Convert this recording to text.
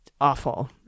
awful